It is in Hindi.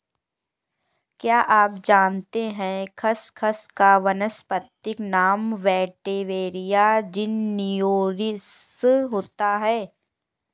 क्या आप जानते है खसखस का वानस्पतिक नाम वेटिवेरिया ज़िज़नियोइडिस होता है?